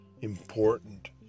important